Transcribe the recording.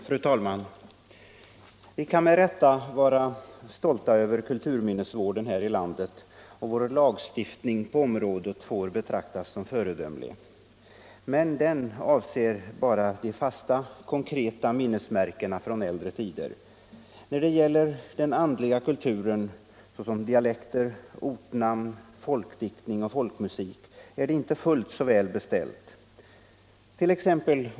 Fru talman! Vi kan med rätta vara stolta över kulturminnesvården här i landet, och vår lagstiftning på området får betraktas som föredömlig. Men den avser bara de fasta, konkreta minnesmärkena från äldre tider. När det gäller den andliga kulturen — dialekter, ortsnamn, folkdiktning och folkmusik — är det inte fullt så väl beställt.